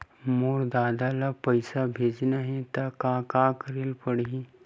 मोर ददा ल पईसा भेजना हे त का करे ल पड़हि?